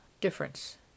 difference